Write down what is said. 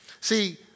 See